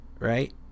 right